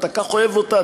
אתה כל כך אוהב אותה,